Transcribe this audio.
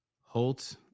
Holt